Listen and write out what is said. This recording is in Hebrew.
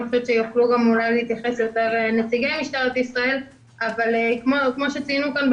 אני חושבת שאולי יוכל להתייחס נציג משטרת ישראל אבל כמו שציינו כאן,